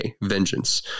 vengeance